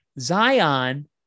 Zion